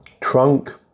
Trunk